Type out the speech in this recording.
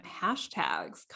Hashtags